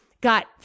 got